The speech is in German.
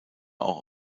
auch